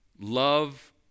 Love